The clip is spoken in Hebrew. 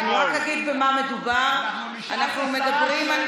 אנחנו נשאל את השר שאלות קשות.